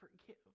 forgive